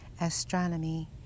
astronomy